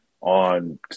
on